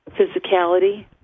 physicality